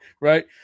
right